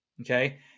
okay